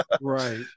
right